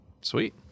Sweet